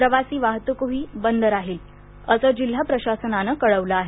प्रवासी वाहतूकही बंद राहील असं जिल्हा प्रशासनानं कळवलं आहे